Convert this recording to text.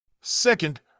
second